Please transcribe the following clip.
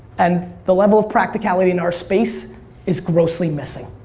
and the level of practicality in our space is grossly missing.